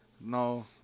No